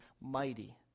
mighty